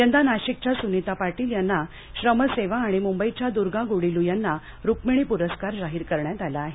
यंदा नाशिकच्या स्निता पाटील यांना श्रमसेवा आणि म्ंबईच्या द्र्गा ग्डीलू यांना रुक्मिणी प्रस्कार जाहीर करण्यात आला आहे